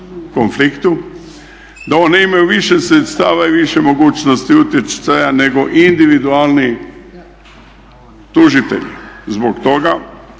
konfliktu da one imaju više sredstava i više mogućnosti utjecaja nego individualni tužitelji. Zbog toga